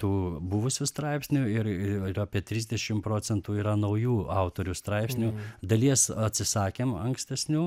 tų buvusių straipsnių ir ir apie trisdešim procentų yra naujų autorių straipsnių dalies atsisakėm ankstesnių